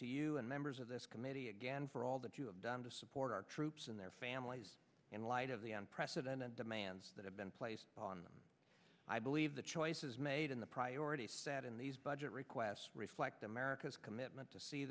to you and members of this committee again for all that you have done to support our troops and their families in light of the unprecedented demands that have been placed on them i believe the choices made in the priorities set in these budget requests reflect america's commitment to see